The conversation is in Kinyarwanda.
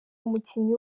umukinnyi